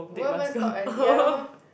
won't even stop at ya lor